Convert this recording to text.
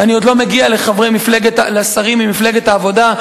ואני עוד לא מגיע לשרים ממפלגת העבודה,